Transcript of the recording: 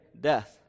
death